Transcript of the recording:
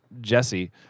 Jesse